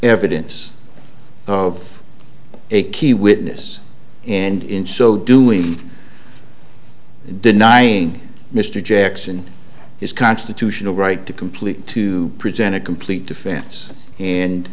evidence of a key witness and in so doing denying mr jackson his constitutional right to complete to present a complete defense and